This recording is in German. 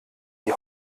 die